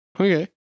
Okay